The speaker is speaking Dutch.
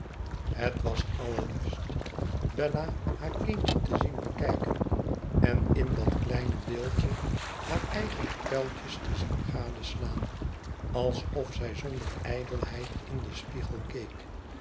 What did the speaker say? het was allerliefst bella haar kindje te zien bekijken en in dat kleine beeldje hare eigene kuiltjes te zien gadeslaan alsof zij zonder ijdelheid in den spiegel